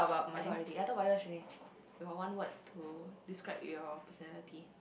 I got already I thought about yours already I got one word to describe your personality